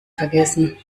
vergessen